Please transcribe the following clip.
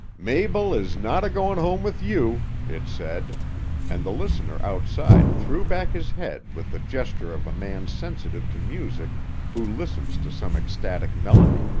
mabel is not a-goin' home with you, it said and the listener outside threw back his head with the gesture of a man sensitive to music who listens to some ecstatic melody.